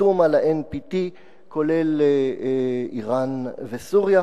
החתום על אמנת ה-NPT, כולל אירן וסוריה.